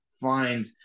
find